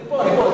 אני פה.